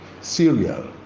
cereal